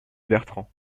bertrand